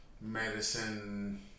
medicine